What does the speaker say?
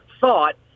thought